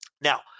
Now